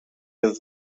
jest